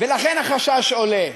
לכן החשש עולה,